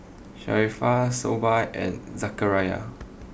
Sharifah Shoaib and Zakaria